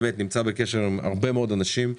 באמת נמצא בקשר עם הרבה מאד אנשים.